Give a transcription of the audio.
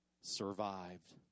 survived